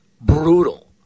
brutal